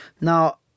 now